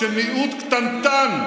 כשמיעוט קטנטן,